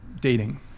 dating